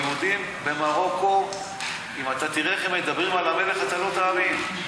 היהודים במרוקו אם תראה איך הם מדברים על המלך אתה לא תאמין.